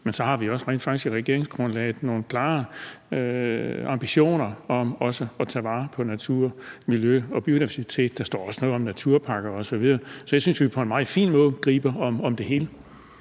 Men så har vi rent faktisk også i regeringsgrundlaget nogle klare ambitioner om også at tage vare på natur, miljø og biodiversitet; der står også noget om naturparker osv. Så jeg synes, vi på en meget fin måde griber om det hele.